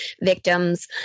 victims